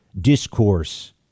discourse